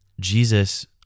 Jesus